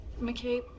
McCabe